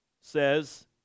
says